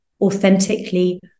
authentically